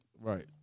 Right